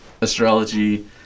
astrology –